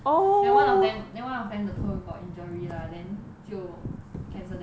then one of them then one of them the tour got injury lah then 就 cancel that lor